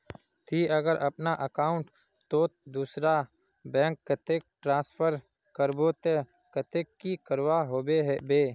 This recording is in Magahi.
ती अगर अपना अकाउंट तोत दूसरा बैंक कतेक ट्रांसफर करबो ते कतेक की करवा होबे बे?